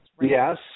Yes